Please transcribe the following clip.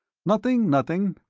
nothing, nothing.